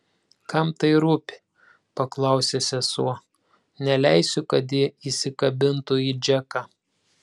kam tai rūpi paklausė sesuo neleisiu kad ji įsikabintų į džeką